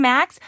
Max